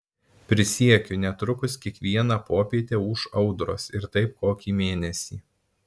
prisiekiu netrukus kiekvieną popietę ūš audros ir taip kokį mėnesį